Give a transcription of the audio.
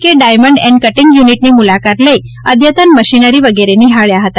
કે diamond and cutting યુનિટની મૂલાકાત લઇ અઘતન મશીનરી વગેરે નિહાળ્યા હતા